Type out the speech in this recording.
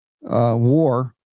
war